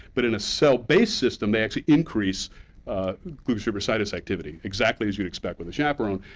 but in a cell-based system, they actually increase glucocerebrosidase activity, exactly as you would expect with a chaperone,